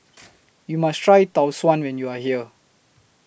YOU must Try Tau Suan when YOU Are here